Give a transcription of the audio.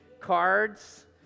cards